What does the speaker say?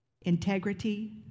integrity